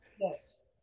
Yes